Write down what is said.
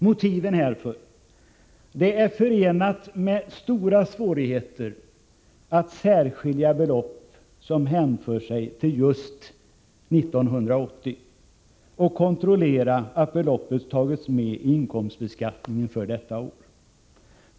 Motiven härför är: Det är förenat med stora svårigheter att särskilja belopp som hänför sig till just 1980 och att kontrollera att beloppet tagits med i samband med inkomstbeskattningen för detta år.